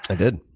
i did.